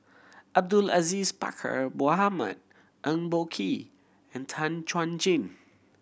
Abdul Aziz Pakkeer Mohamed Eng Boh Kee and Tan Chuan Jin